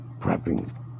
prepping